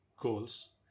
goals